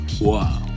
wow